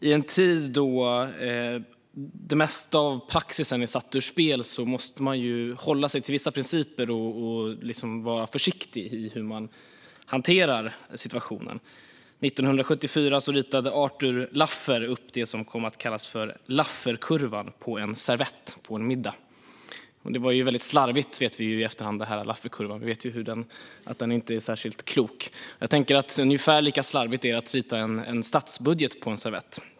I en tid då det mesta av praxisen är satt ur spel måste man hålla sig till vissa principer och vara försiktig i hur man hanterar situationen. År 1974 ritade Arthur Laffer upp det som kom att kallas för Lafferkurvan på en servett på en middag. Det var väldigt slarvigt vet vi i efterhand med Lafferkurvan. Vi vet att den inte är särskilt klok. Det är ungefär lika slarvigt att rita en statsbudget på en servett.